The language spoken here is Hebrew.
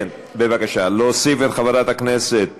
כן, בבקשה להוסיף את חברת הכנסת